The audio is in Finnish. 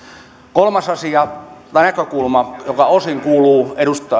kolmas näkökulma joka osin kuuluu